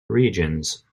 regions